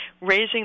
raising